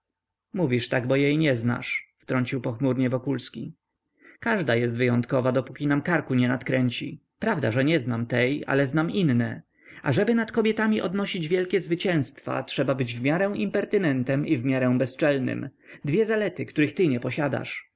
mówisz tak bo jej nie znasz wtrącił pochmurnie wokulski każda jest wyjątkową dopóki nam karku nie nadkręci prawda że nie znam tej ale znam inne ażeby nad kobietami odnosić wielkie zwycięstwa trzeba być w miarę inpertynentem i w miarę bezczelnym dwie zalety których ty nie posiadasz